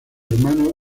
hermanos